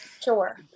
Sure